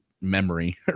memory